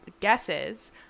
guesses